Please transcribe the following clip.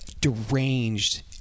deranged